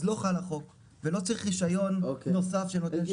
אז לא חל החוק ולא צריך רישיון נוסף שנותן שיפוט.